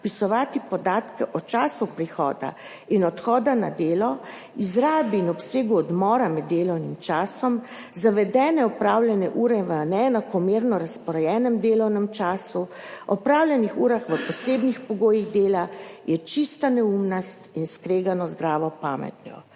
vpisovati podatke o času prihoda in odhoda na delo, izrabi in obsegu odmora med delovnim časom, zavedene opravljene ure v neenakomerno razporejenem delovnem času, opravljene urah v posebnih pogojih dela, je čista neumnost in skregano z zdravo pametjo,